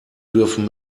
dürfen